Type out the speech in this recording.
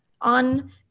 on